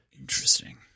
Interesting